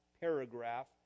paragraph